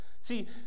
See